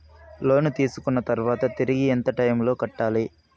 లోను తీసుకున్న తర్వాత తిరిగి ఎంత టైములో కట్టాలి